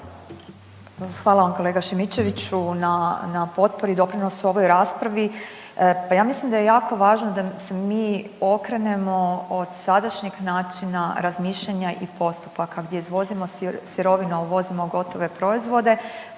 Hvala vam kolega Šimičeviću na, na potpori i doprinosu ovoj raspravi, pa ja mislim da je jako važno da se mi okrenemo od sadašnjeg načina razmišljanja i postupaka gdje izvozimo sirovina, a uvozimo gotove proizvode